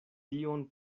tion